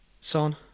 Son